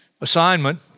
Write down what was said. assignment